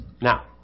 Now